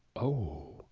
oh.